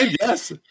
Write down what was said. yes